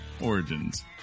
Origins